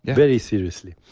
very seriously,